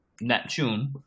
Neptune